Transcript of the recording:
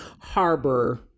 harbor